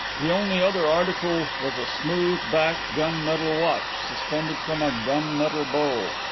the only other article was a smooth-backed gun-metal watch, suspended from a gun-metal bow.